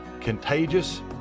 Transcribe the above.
contagious